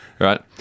right